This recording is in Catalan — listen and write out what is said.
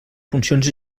funcions